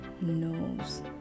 knows